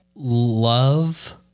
Love